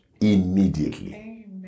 immediately